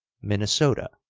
minnesota,